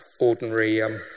ordinary